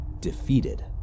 defeated